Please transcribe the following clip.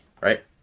right